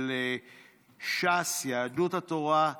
ש"ס, יהדות התורה,